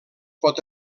pot